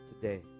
today